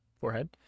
Forehead